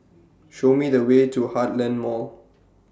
Show Me The Way to Heartland Mall